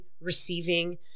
Receiving